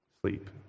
sleep